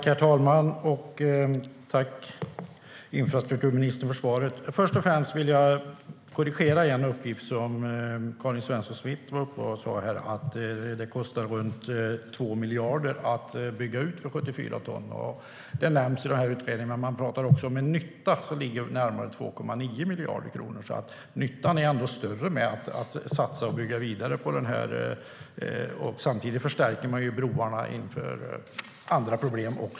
Herr talman! Tack, infrastrukturministern, för svaret! Först och främst vill jag korrigera en uppgift som Karin Svensson Smith hade. Hon sade att det kostar runt 2 miljarder att bygga ut vägarna för 74 ton. Det nämns i utredningen. Men där pratar man också om en nytta som ligger närmare 2,9 miljarder. Nyttan är alltså större med att satsa och bygga vidare, och samtidigt förstärker man broarna inför också andra problem.